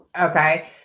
Okay